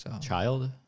Child